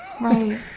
Right